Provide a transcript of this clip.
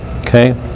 okay